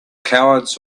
cowards